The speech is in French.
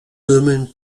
domaine